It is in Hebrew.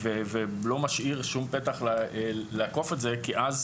ולא משאיר שום פתח לעקוף את זה כי אז